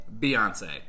Beyonce